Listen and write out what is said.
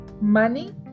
Money